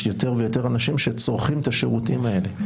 יותר ויותר אנשים שצורכים את השירותים האלה.